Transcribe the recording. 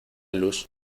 luz